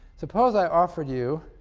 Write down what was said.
suppose i offered you